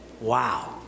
wow